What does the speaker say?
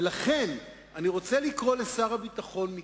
ולכן אני רוצה לקרוא לשר הביטחון מכאן.